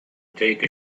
take